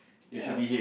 ya